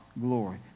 glory